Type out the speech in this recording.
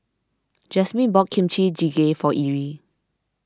Jasmyn bought Kimchi Jjigae for Irl